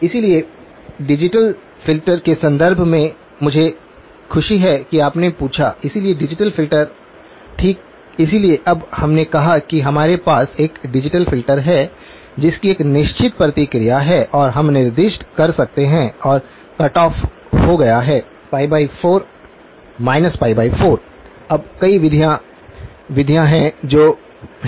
इसलिए digital filter के संदर्भ में मुझे खुशी है कि आपने पूछा इसलिए डिजिटल फ़िल्टर ठीक इसलिए अब हमने कहा कि हमारे पास एक डिजिटल फ़िल्टर है जिसकी एक निश्चित प्रतिक्रिया है और हम निर्दिष्ट कर सकते हैं और कट ऑफ हो गया है π4 π4 अब कई विधियाँ विधियाँ हैं जो 1207 हैं